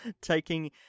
taking